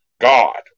God